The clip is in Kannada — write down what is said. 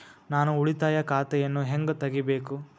ನಾನು ಉಳಿತಾಯ ಖಾತೆಯನ್ನು ಹೆಂಗ್ ತಗಿಬೇಕು?